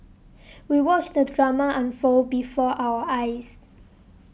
we watched the drama unfold before our eyes